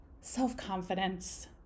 self-confidence